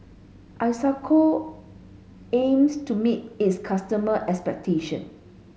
Isocal aims to meet its customer expectation